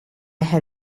had